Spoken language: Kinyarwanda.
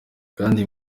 kandi